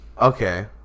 Okay